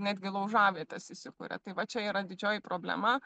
netgi laužavietes įsikuria tai va čia yra didžioji problema